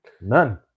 none